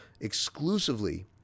exclusively